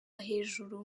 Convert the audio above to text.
hejuru